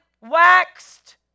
waxed